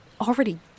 already